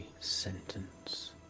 sentence